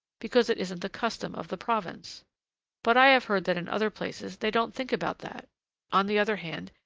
because it isn't the custom of the province but i have heard that in other places they don't think about that on the other hand,